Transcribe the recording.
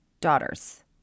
daughters